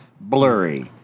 blurry